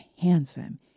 handsome